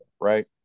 Right